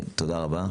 תודה רבה.